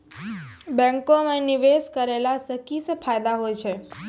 बैंको माई निवेश कराला से की सब फ़ायदा हो छै?